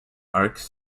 arcs